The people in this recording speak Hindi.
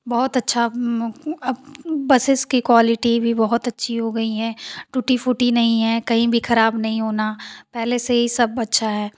बहुत अच्छा अब बसेज की भी क्वालिटी बहुत अच्छी हो गई है टूटी फूटी नहीं है कही भी खराब नहीं होना पहले से सब अच्छा है